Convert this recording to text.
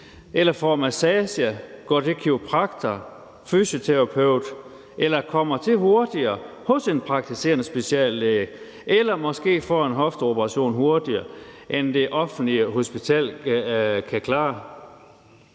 de får massage, går til kiropraktor eller fysioterapeut eller kommer til hurtigere hos en praktiserende speciallæge eller måske får en hofteoperation hurtigere, end det offentlige hospital kan klare.